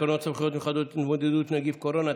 (תיקון מס'